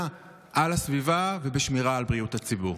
על הסביבה ולשמירה על בריאות הציבור?